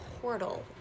portal